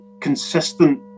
consistent